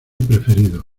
preferido